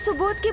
so lord